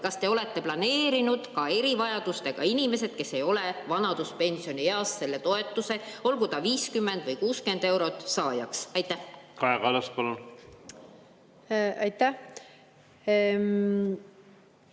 kas te olete planeerinud ka erivajadustega inimesed, kes ei ole vanaduspensionieas, selle toetuse, olgu ta 50 või 60 eurot, saajaks? Kaja Kallas, palun!